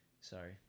Sorry